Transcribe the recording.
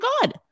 God